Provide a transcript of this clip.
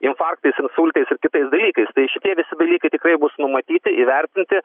infarktais insultais ir kitais dalykais tai šitie visi dalykai tikrai bus numatyti įvertinti